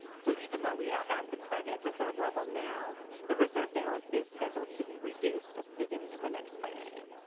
so even though we are at the target reserve level now the reserve balance is scheduled to be reduced at the beginning of the next biennium.